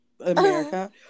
America